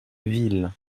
ville